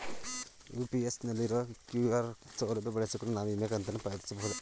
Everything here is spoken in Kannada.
ಯು.ಪಿ.ಐ ನಲ್ಲಿರುವ ಕ್ಯೂ.ಆರ್ ಸೌಲಭ್ಯ ಬಳಸಿಕೊಂಡು ನಾನು ವಿಮೆ ಕಂತನ್ನು ಪಾವತಿಸಬಹುದೇ?